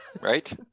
Right